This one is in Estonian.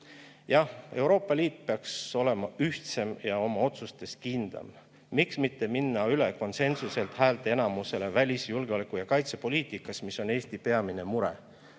Euroopa Liit peaks olema ühtsem ja oma otsustes kindlam. Miks mitte minna üle konsensuselt häälteenamusele välis-, julgeoleku- ja kaitsepoliitikas, mis on Eesti peamine mure?